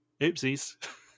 Oopsies